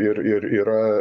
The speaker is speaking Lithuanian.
ir ir yra